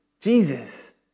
Jesus